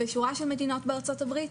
בשורה של מדינות בארצות הברית.